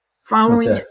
Following